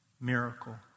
miracle